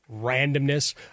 Randomness